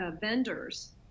vendors